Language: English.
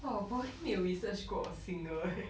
!wah! research group of singer eh